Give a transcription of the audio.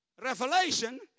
revelation